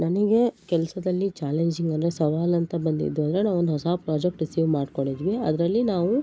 ನನಗೆ ಕೆಲಸದಲ್ಲಿ ಚಾಲೆಂಜಿಂಗ್ ಅಂದರೆ ಸವಾಲು ಅಂತ ಬಂದಿದ್ದು ಅಂದರೆ ನಾವೊಂದು ಹೊಸ ಪ್ರಾಜೆಕ್ಟ್ ರಿಸೀವ್ ಮಾಡಿಕೊಂಡಿದ್ವಿ ಅದರಲ್ಲಿ ನಾವು